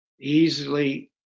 easily